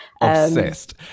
Obsessed